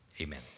amen